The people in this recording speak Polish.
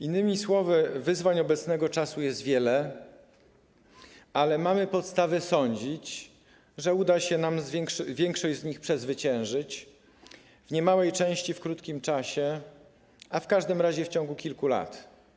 Innymi słowy, wyzwań obecnego czasu jest wiele, ale mamy podstawę sądzić, że uda się nam większość z nich przezwyciężyć, w niemałej części w krótkim czasie, a w każdym razie w ciągu kilku lat.